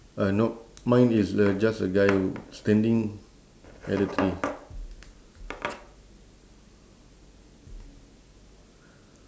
uh no mine is the just a guy standing at the tree